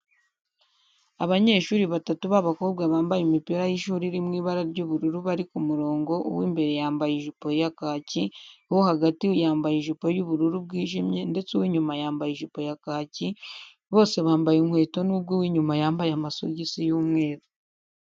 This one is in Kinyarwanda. Abanyeshuri batatu b'abakobwa bambaye imipira y'ishuri iri mu ibara ry'ubururu bari ku murongo uw'imbere yambaye ijipo ya kaki uwo hagati yambaye ijipo y'ubururu bwijimye ndetse uw'inyuma yambaye ijipo ya kaki bose bambaye inkweto nubwo uw'inyuma yambaye amasogisi y'umweru.